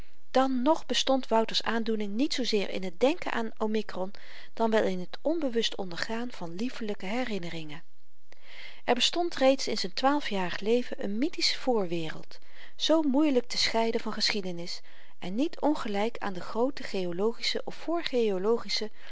dan nog bestond wouters's aandoening niet zoozeer in het denken aan omikron dan wel in t onbewust ondergaan van liefelyke herinneringen er bestond reeds in z'n twaalfjarig leven een mythische voorwereld zoo moeielyk te scheiden van geschiedenis en niet ongelyk aan de groote geologische of